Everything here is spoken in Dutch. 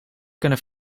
kunnen